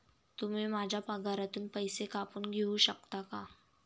तुम्ही माझ्या पगारातून पैसे कापून घेऊ शकता का?